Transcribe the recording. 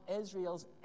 Israel's